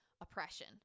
oppression